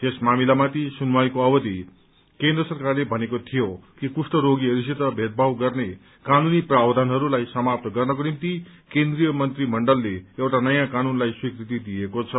यस मामिलामाथि सुनवाईको अवधि केन्द्र सरकारले भनेको थियो कि कुष्ठ रोगीहरूसित भेदभाव गर्ने कानूनी प्रावधानहरूलाई समाप्त गर्नको निम्ति केन्द्रीय मन्त्रीमण्डलले एउटा नयाँ कानूनलाई स्वीकृति दिएको छ